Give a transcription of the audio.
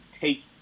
take